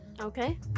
okay